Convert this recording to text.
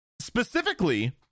Specifically